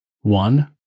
one